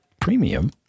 premium